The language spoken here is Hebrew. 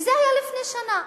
וזה היה לפני שנה.